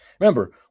Remember